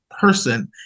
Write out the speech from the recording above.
person